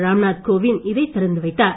ராம்நாத் கோவிந்த் இதைத் திறந்து வைத்தார்